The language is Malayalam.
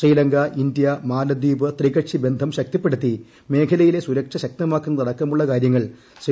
ശ്രീലങ്ക ഇന്ത്യ മാലദ്വീപ് ത്രികക്ഷി ബന്ധം ശക്തിപ്പെടുത്തി മേഖലയിലെ സുരക്ഷ ശക്തമാക്കുന്നതടക്കമുള്ള കാര്യങ്ങൾ ശ്രീ